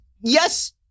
Yes